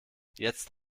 jetzt